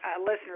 listeners